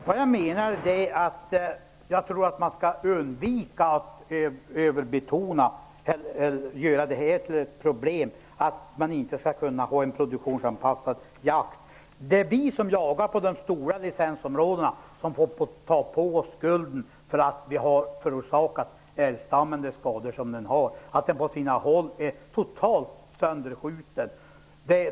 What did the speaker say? Det jag menar är att man skall undvika att göra det här till ett problem och en anledning till att inte kunna ha en produktionsanpassad jakt. Det är vi som jagar på de stora licensområdena som får ta på oss skulden för att vi har förorsakat älgstammen de skador som den har, att den på sina håll är totalt sönderskjuten.